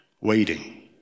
waiting